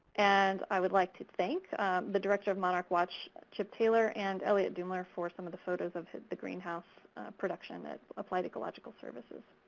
and i would like to thank the director of monarch watch, chip taylor, and elliott deumler for some of the photos of the greenhouse production at applied ecological services.